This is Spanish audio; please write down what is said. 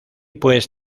pues